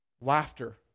laughter